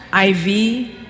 IV